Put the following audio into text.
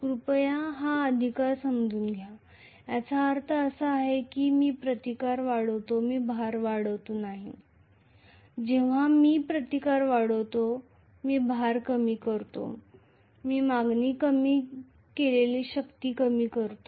कृपया समजून घ्या याचा अर्थ असा नाही की मी रेझिस्टन्स वाढवितो म्हणजे मी भार वाढवितो नाही जेव्हा मी रेझिस्टन्स वाढवितो मी भार कमी करतो मी मागणी केलेली शक्ती कमी करतो